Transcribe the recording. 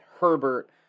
Herbert